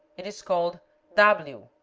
it is called dobleu,